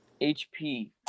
HP